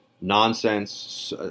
nonsense